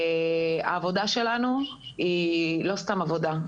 העבודה שלנו היא לא סתם עבודה.